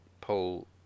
pull